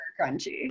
crunchy